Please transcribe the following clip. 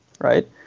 right